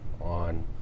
on